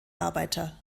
arbeiter